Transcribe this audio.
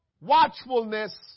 watchfulness